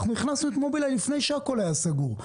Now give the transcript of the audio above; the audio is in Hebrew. הכנסנו את מובילאיי לפני שהכול היה סגור.